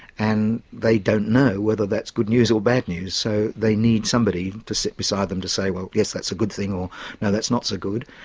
and they don't know whether that's good news or bad news. so they need somebody to sit beside them to say well yes, that's a good thing. or no, that's not so good.